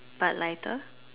but lighter